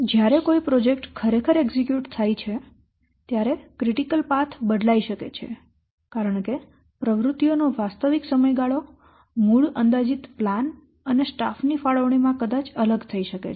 જ્યારે કોઈ પ્રોજેક્ટ ખરેખર એક્ઝિક્યુટ થાય છે ત્યારે ક્રિટિકલ પાથ બદલાઇ શકે છે કારણ કે પ્રવૃત્તિઓનો વાસ્તવિક સમયગાળો મૂળ અંદાજિત પ્લાન અને સ્ટાફ ની ફાળવણીમાં કદાચ અલગ થઈ શકે છે